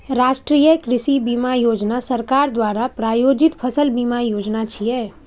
राष्ट्रीय कृषि बीमा योजना सरकार द्वारा प्रायोजित फसल बीमा योजना छियै